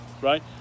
right